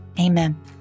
Amen